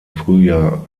frühjahr